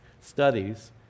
studies